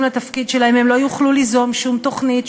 לתפקיד שלהם הם לא יוכלו ליזום שום תוכנית,